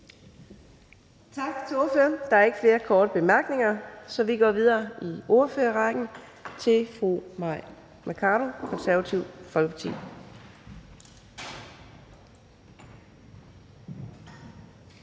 Tak til ordføreren. Der er ikke flere korte bemærkninger, så vi går videre i ordførerrækken til fru Mai Mercado, Det Konservative Folkeparti.